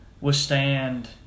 withstand